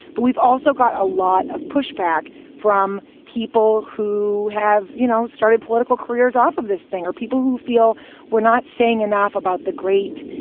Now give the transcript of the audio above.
but we've also got a lot of pushback from people who have, you know, started political careers off of this thing or people who feel we're not saying enough about the great,